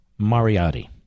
Mariotti